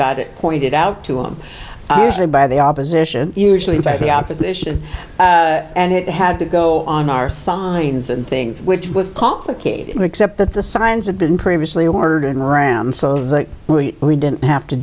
got it pointed out to him by the opposition usually by the opposition and it had to go on our signs and things which was complicated except that the signs have been previously ordered around so that we didn't have to